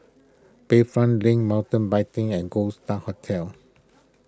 Bayfront Link Mountain Biking and Gold Star Hotel